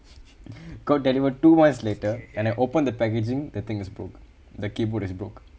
got delivered two months later and I open the packaging the thing is broke the keyboard is broke